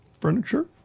Furniture